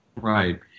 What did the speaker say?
Right